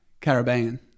Caribbean